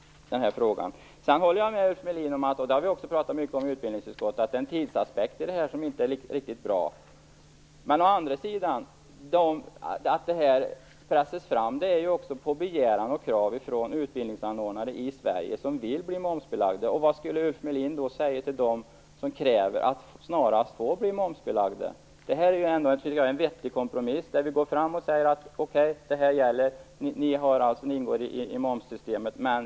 Jag håller med Ulf Melin om det som vi också har pratat mycket om i utbildningsutskottet, nämligen att det är en tidsaspekt i det här som inte är riktigt bra. Men å andra sidan pressas ju förslaget fram på begäran av utbildningsanordnare i Sverige som vill bli momsbelagda. Vad skulle Ulf Melin säga till dem som kräver att snarast få bli momsbelagda? Vi har ändå nått en vettig kompromiss, tycker jag. Vi säger: Det här är det som gäller, och ni ingår i momssystemet.